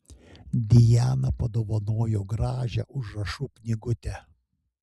dijana padovanojo gražią užrašų knygutę